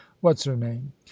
what's-her-name